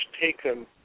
taken